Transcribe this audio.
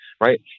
right